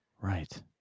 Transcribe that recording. right